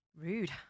rude